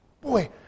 Boy